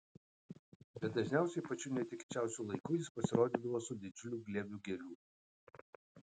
bet dažniausiai pačiu netikėčiausiu laiku jis pasirodydavo su didžiuliu glėbiu gėlių